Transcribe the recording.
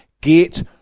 Get